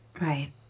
Right